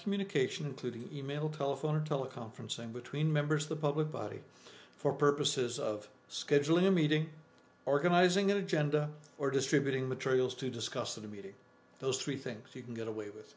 communication including email telephone or teleconferencing between members of the public body for purposes of scheduling a meeting organizing agenda or distributing materials to discuss the meeting those three things you can get away with